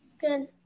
Good